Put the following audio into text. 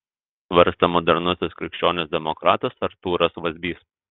svarstė modernusis krikščionis demokratas artūras vazbys